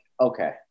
okay